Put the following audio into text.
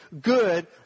good